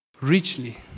richly